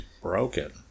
broken